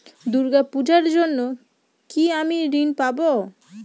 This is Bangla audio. দূর্গা পূজার জন্য কি আমি ঋণ পাবো?